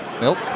Milk